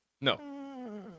No